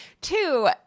Two